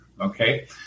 Okay